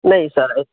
نہیں سر